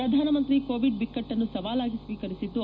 ಪ್ರಧಾನಮಂತ್ರಿ ಕೋವಿಡ್ ಬಿಕ್ಟಟನ್ನು ಸವಾಲಾಗಿ ಸ್ವೀಕರಿಸಿದ್ದು